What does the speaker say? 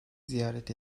ziyaret